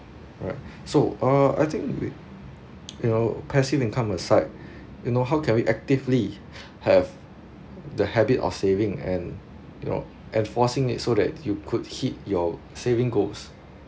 alright so uh I think we you know passive income aside you know how can we actively have the habit of saving and you know enforcing it so that you could hit your saving goals